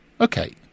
Okay